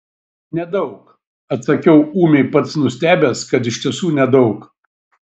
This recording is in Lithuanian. nedaug atsakiau ūmiai pats nustebęs kad iš tiesų nedaug